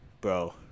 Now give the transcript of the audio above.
bro